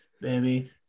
baby